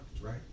right